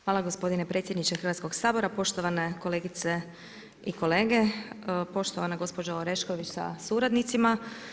Hvala gospodine predsjedniče Hrvatskog sabora, poštovane kolegice i kolege, poštovana gospođo Orešković sa suradnicima.